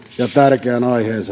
ja tärkeän